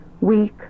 Weak